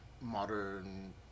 modern